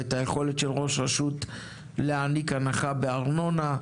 ואת היכולת של ראש רשות להעניק הנחה בארנונה,